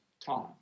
time